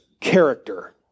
character